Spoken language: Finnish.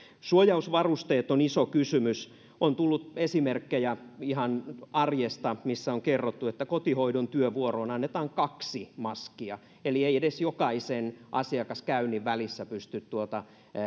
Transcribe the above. suojausvarusteet ovat iso kysymys on tullut ihan arjesta esimerkkejä missä on kerrottu että kotihoidon työvuoroon annetaan kaksi maskia eli ei edes jokaisen asiakaskäynnin välissä pysty tuota